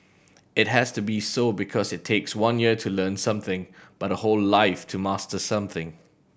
it has to be so because it takes one year to learn something but a whole life to master something